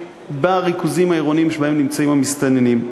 בריכוזים העירוניים שבהם מצויים המסתננים,